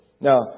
Now